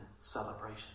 celebration